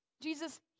Jesus